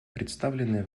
представленные